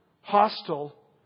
hostile